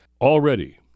already